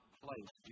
place